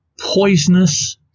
Poisonous